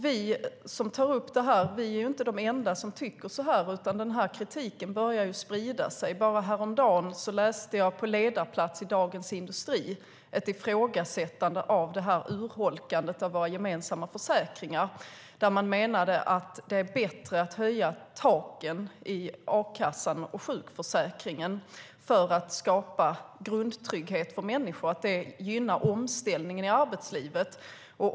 Vi som tar upp detta är inte de enda som tycker så här, utan den här kritiken börjar sprida sig. Bara häromdagen läste jag på ledarplats i Dagens Industri ett ifrågasättande av urholkandet av våra gemensamma försäkringar. Man menade att det är bättre att höja taken i a-kassan och sjukförsäkringen för att skapa grundtrygghet för människor, för det gynnar omställningen i arbetslivet.